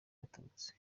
abatutsi